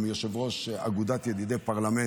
הם יושבי ראש אגודת ידידי פרלמנט.